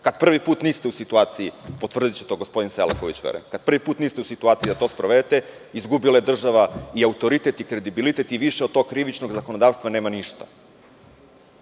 Kad prvi put niste u situaciji, potvrdiće to gospodin Selaković, kada prvi put niste u situaciji da to sprovedete izgubila je država i autoritet i kredibilitet i više od tog krivičnog zakonodavstva nema ništa. Imate